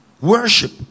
worship